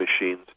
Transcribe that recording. machines